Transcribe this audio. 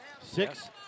six